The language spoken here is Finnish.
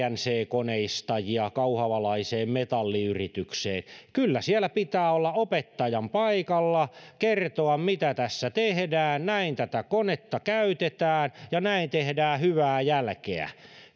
koneistajia kauhavalaiseen metalliyritykseen kyllä siellä pitää olla opettajan paikalla ja kertoa mitä tässä tehdään näin tätä konetta käytetään ja näin tehdään hyvää jälkeä